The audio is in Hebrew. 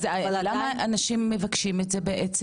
אז למה אנשים מבקשים את זה בעצם?